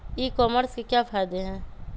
E commerce के क्या फायदे हैं?